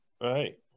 right